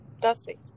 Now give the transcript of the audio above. Dusty